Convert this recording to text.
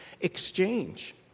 exchange